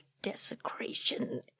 Desecration